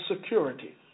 security